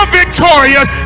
victorious